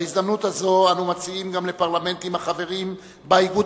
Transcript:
בהזדמנות הזאת אנו מציעים גם לפרלמנטים החברים באיגוד